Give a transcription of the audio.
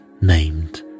named